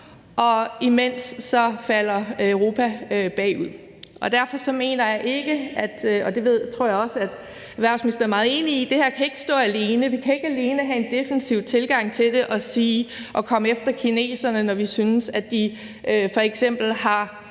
og imens falder Europa bagud. Derfor mener jeg ikke – og det tror jeg også at erhvervsministeren er meget enig i – at det her kan stå alene. Vi kan ikke alene have en defensiv tilgang til det og komme efter kineserne, når vi synes, at de f.eks. har